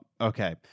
Okay